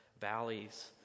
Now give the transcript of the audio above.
valleys